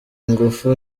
ingufu